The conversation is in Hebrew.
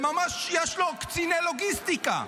לממש, יש לו קציני לוגיסטיקה.